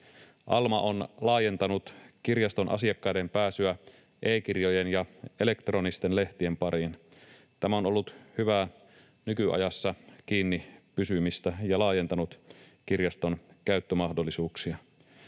Alma on laajentanut kirjaston asiakkaiden pääsyä e-kirjojen ja elektronisten lehtien pariin. Tämä on ollut hyvää nykyajassa kiinni pysymistä ja laajentanut kirjaston käyttömahdollisuuksia.